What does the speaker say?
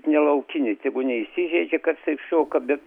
nelaukiniai tegu neįsižeidžia kas taip šoka bet